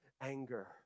anger